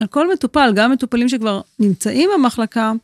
על כל מטופל, גם מטופלים שכבר נמצאים במחלקה.